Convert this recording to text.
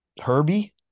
Herbie